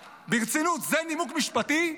ברצינות, זה נימוק משפטי?